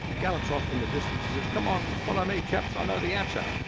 gallops off in the distances, says come on, follow me chaps, i know the answer!